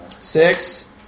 six